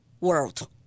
world